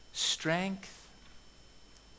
Strength